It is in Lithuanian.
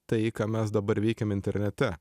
tai ką mes dabar veikiam internete